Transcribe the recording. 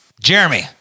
Jeremy